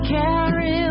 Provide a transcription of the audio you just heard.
carry